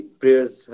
prayers